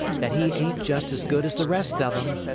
that he ain't just as good as the rest of em.